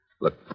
Look